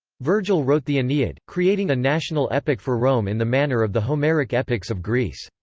vergil wrote the aeneid, creating a national epic for rome in the manner of the homeric epics of greece.